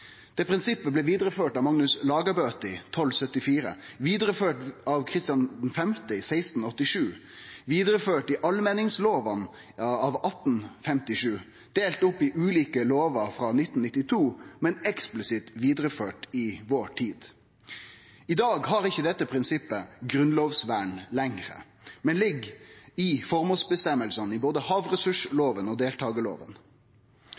Det prinsippet blei vidareført av Magnus Lagabøte i 1274, vidareført av Christian V i 1687, vidareført i allmenningslovane av 1857, delt opp i ulike lovar frå 1992, men eksplisitt vidareført i vår tid. I dag har ikkje dette prinsippet grunnlovsvern lenger, men ligg i føremålsvedtektene i både